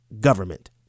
government